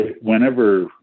whenever